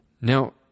Now